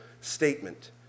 statement